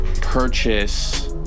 purchase